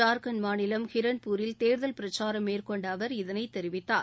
ஜார்கண்ட் மாநிலம் ஹிரன்பூரில் தேர்தல் பிரசாரம் மேற்கொண்ட அவர் இதனை தெரிவித்தார்